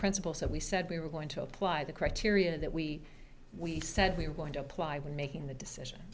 principles that we said we were going to apply the criteria that we we said we're going to apply when making the decision